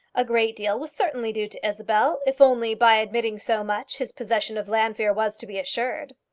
a great deal was certainly due to isabel, if only, by admitting so much, his possession of llanfeare was to be assured.